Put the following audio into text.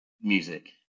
music